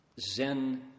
Zen